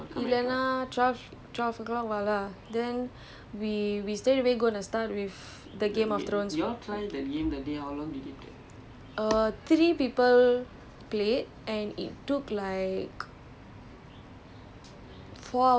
no we meeting at eleven because we wanted to eat if you want to eat come at eleven இல்லனா:illanaa twelve twelve o'clock வா:vaa lah then we we straight away gonna start with the game of thrones err three people